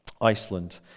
Iceland